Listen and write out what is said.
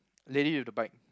lady with the bike